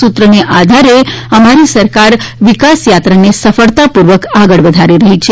સૂત્રના આધારે અમારી સરકાર વિકાસયાત્રાને સફળતાપૂર્વક આગળ વધારી રહી છે